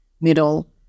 middle